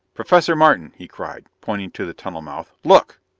professor martin, he cried, pointing to the tunnel mouth. look!